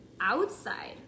outside